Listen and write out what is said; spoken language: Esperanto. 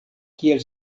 kiel